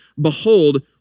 behold